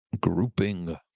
grouping